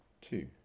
Two